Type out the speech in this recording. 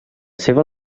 seva